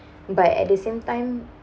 but at the same time